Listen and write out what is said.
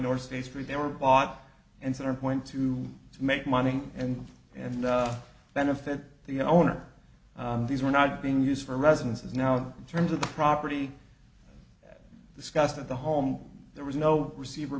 were bought and center point to make money and and benefit the owner these are not being used for residences now in terms of the property discussed at the home there was no receiver